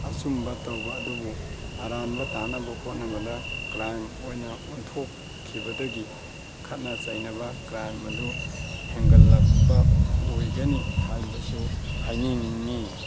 ꯑꯆꯨꯝꯕ ꯇꯧꯕ ꯑꯗꯨꯕꯨ ꯑꯔꯥꯟꯕ ꯇꯥꯅꯕ ꯍꯣꯠꯅꯕꯗ ꯀ꯭ꯔꯥꯏꯝ ꯑꯣꯏꯅ ꯞꯟꯊꯣꯛꯈꯤꯕꯗꯒꯤ ꯈꯠꯅ ꯆꯩꯅꯕ ꯀ꯭ꯔꯥꯏꯝ ꯑꯗꯨ ꯍꯦꯟꯒꯠꯂꯛꯄ ꯑꯣꯏꯒꯅꯤ ꯍꯥꯏꯕꯁꯨ ꯍꯥꯏꯅꯤꯡꯏ